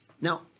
Now